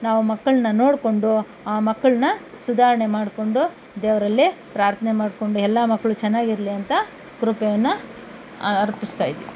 ನಾವು ಮಕ್ಕಳನ್ನ ನೋಡಿಕೊಂಡು ಆ ಮಕ್ಕಳನ್ನ ಸುಧಾರಣೆ ಮಾಡಿಕೊಂಡು ದೇವರಲ್ಲಿ ಪ್ರಾರ್ಥನೆ ಮಾಡ್ಕೊಂಡು ಎಲ್ಲ ಮಕ್ಕಳು ಚೆನ್ನಾಗಿರಲಿ ಅಂತ ಕೃಪೆಯನ್ನು ಅರ್ಪಿಸ್ತಾಯಿದ್ದೀನಿ